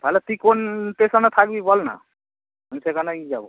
তালে তুই কোন স্টেশানে থাকবি বল না আমি সেখানেই যাবো